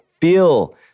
feel